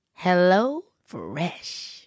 HelloFresh